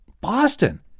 Boston